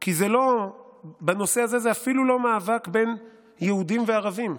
כי בנושא הזה זה אפילו לא מאבק בין יהודים לערבים.